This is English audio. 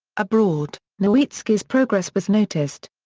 abroad, nowitzki's progress was noticed.